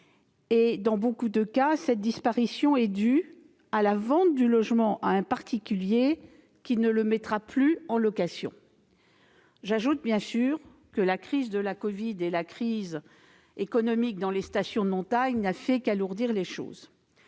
Dans de nombreux cas, cette disparition est due à la vente du logement à un particulier qui ne le mettra plus en location. Bien entendu, la crise de la covid et la crise économique dans les stations de montagne n'ont fait qu'aggraver les choses.